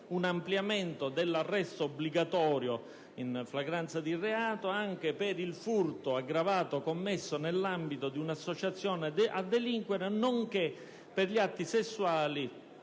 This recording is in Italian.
un ampliamento dell'arresto obbligatorio in flagranza di reato anche per il furto aggravato commesso nell'ambito di una associazione a delinquere, nonché per gli atti sessuali